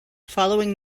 following